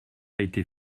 était